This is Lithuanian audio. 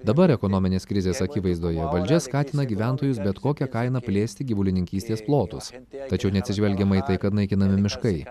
dabar ekonominės krizės akivaizdoje valdžia skatina gyventojus bet kokia kaina plėsti gyvulininkystės plotus tačiau neatsižvelgiama į tai kad naikinami miškai